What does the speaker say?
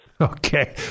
Okay